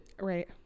Right